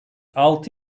altı